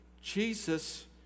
Jesus